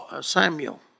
Samuel